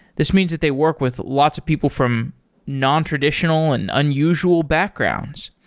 this means that they work with lots of people from nontraditional and unusual backgrounds.